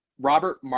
Robert